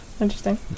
interesting